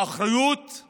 האחריות היא